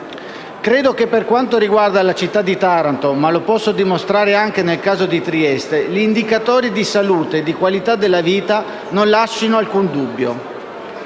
Credo che per quanto riguarda la città di Taranto - ma lo posso dimostrare anche nel caso di Trieste - gli indicatori di salute e di qualità della vita non lascino alcun dubbio.